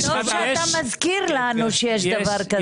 טוב שאתה מזכיר לנו שיש דבר כזה.